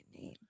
name